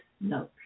no